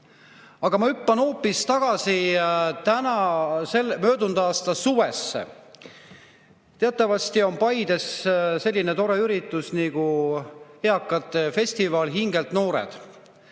Hüppan hoopis tagasi möödunud aasta suvesse. Teatavasti on Paides selline tore üritus nagu eakate festival "Hingelt noored".